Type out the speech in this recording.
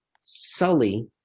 sully